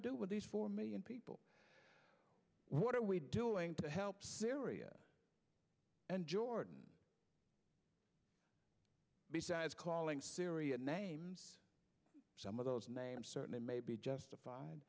do with these four million people what are we doing to help syria and jordan besides calling syria names some of those names certainly may be justified